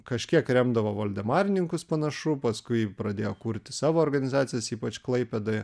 kažkiek remdavo voldemarininkus panašu paskui pradėjo kurti savo organizacijas ypač klaipėdoje